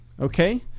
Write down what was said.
Okay